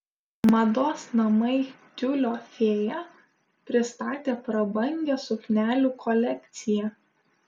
mados namai tiulio fėja pristatė prabangią suknelių kolekciją